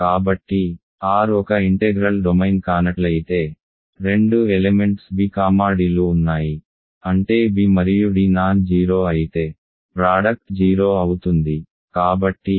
కాబట్టి R ఒక integral domain కానట్లయితే రెండు ఎలెమెంట్స్ b కామా d లు ఉన్నాయి అంటే b మరియు d నాన్ జీరో అయితే ప్రాడక్ట్ 0 అవుతుంది